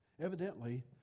Evidently